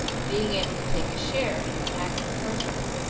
and being able to take a share in its active pleasures.